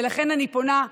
ולכן אני פונה,